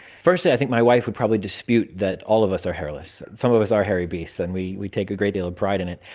firstly i think my wife would probably dispute that all of us are hairless some of us are hairy beasts and we we take a great deal of pride in it.